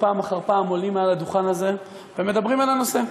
פעם אחר פעם אנחנו עולים על הדוכן הזה ומדברים על הנושא.